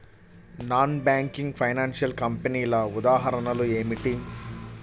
Non banking financial కంపెనీల ఉదాహరణలు ఏమిటి?